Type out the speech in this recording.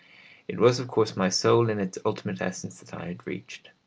it was of course my soul in its ultimate essence that i had reached.